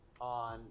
on